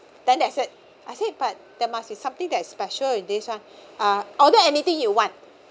then that's it I said but there must be something that is special in this ah uh order anything you want